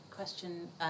Question